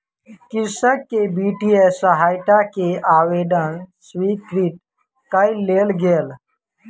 कृषक के वित्तीय सहायता के आवेदन स्वीकृत कय लेल गेल